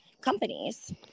companies